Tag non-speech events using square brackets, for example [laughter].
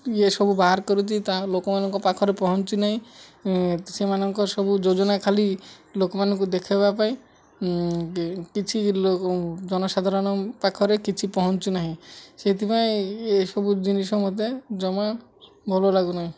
ଇଏ ସବୁ ବାହାର କରୁଛି ତା ଲୋକମାନଙ୍କ ପାଖରେ ପହଞ୍ଚି ନାହିଁ ସେମାନଙ୍କର ସବୁ ଯୋଜନା ଖାଲି ଲୋକମାନଙ୍କୁ ଦେଖାଇବା ପାଇଁ କିଛି [unintelligible] ଜନସାଧାରଣ ପାଖରେ କିଛି ପହଞ୍ଚୁ ନାହିଁ ସେଇଥିପାଇଁ ଏସବୁ ଜିନିଷ ମୋତେ ଜମା ଭଲ ଲାଗୁ ନାହିଁ